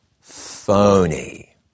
phony